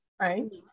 Right